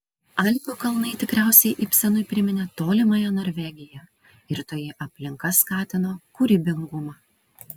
alpių kalnai tikriausiai ibsenui priminė tolimąją norvegiją ir toji aplinka skatino kūrybingumą